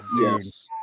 Yes